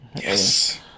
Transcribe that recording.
Yes